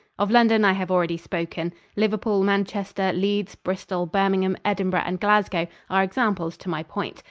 of london i have already spoken. liverpool, manchester, leeds, bristol, birmingham, edinburgh and glasgow are examples to my point.